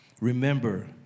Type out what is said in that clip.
Remember